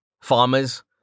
Farmers